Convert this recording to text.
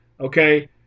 Okay